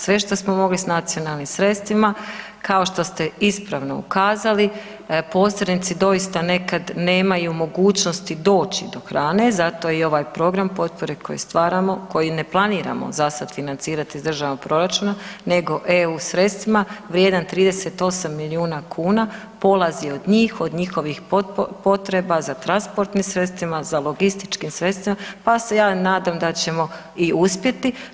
Sve što smo mogli sa nacionalnim sredstvima kao što ste ispravno ukazali posrednici doista nekad nemaju mogućnosti doći do hrane, zato i ovaj program potpore koji stvaramo, koji ne planiramo za sad financirati iz državnog proračuna nego EU sredstvima vrijedan 38 milijuna kuna polazi od njih, od njihovih potreba za transportnim sredstvima, za logističkim sredstvima pa se ja nadam da ćemo i uspjeti.